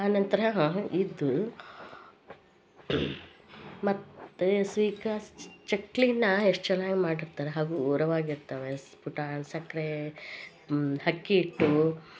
ಆ ನಂತರ ಇದು ಮತ್ತು ಚಕ್ಲೀನ ಎಷ್ಟು ಚೆನ್ನಾಗಿ ಮಾಡಿರ್ತಾರೆ ಹಗುರವಾಗಿರ್ತವೆ ಪುಟಾ ಸಕ್ಕರೆ ಅಕ್ಕಿ ಹಿಟ್ಟು